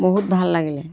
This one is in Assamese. বহুত ভাল লাগিলে